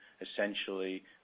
essentially